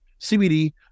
CBD